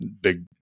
big